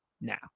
now